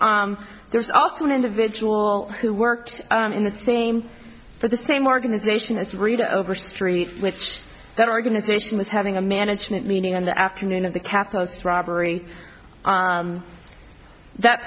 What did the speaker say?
s there's also an individual who worked in the same for the same organization as rita overstreet which their organization was having a management meeting on the afternoon of the capital's robbery that